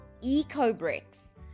ecobricks